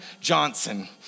Johnson